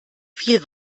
viel